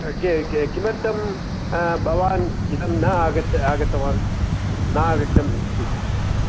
के के किमर्थं भवान् इदं न आगच्च आगतवान् नागच्छन्